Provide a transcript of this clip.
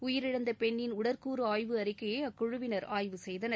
உயிரிழந்த பெண்ணின் உடற்கூறு ஆய்வு அறிக்கையை அக்குழுவினர் ஆய்வு செய்தனர்